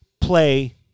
play